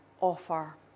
offer